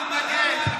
אנחנו רוצים להתנגד.